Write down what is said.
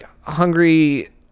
hungry